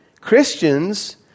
Christians